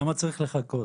כמה זמן צריך לחכות?